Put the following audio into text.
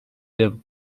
der